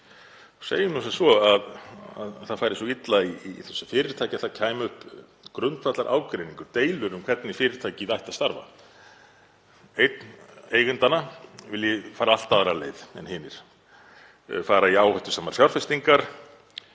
Segjum sem svo að það færi svo illa í þessu fyrirtæki að það kæmi upp grundvallarágreiningur, deilur um hvernig fyrirtækið ætti að starfa og einn eigendanna vilji fara allt aðra leið en hinir, fara í áhættusamar fjárfestingar,